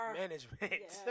management